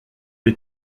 des